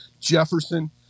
Jefferson